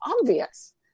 obvious